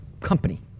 company